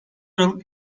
aralık